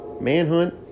manhunt